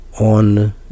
On